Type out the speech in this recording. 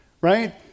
right